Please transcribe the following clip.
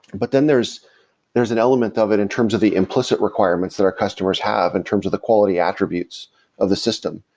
but then there's there's an element of it in terms of the implicit requirements that our customers have, in terms of the quality attributes of the system.